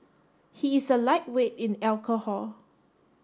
he is a lightweight in alcohol